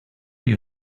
you